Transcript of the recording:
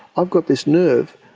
i've got this nerve,